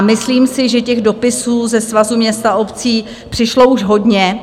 Myslím si, že dopisů ze Svazu měst a obcí přišlo už hodně.